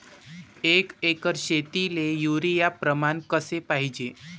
एक एकर शेतीले युरिया प्रमान कसे पाहिजे?